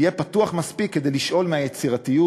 יהיה פתוח מספיק כדי לשאול מהיצירתיות,